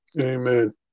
Amen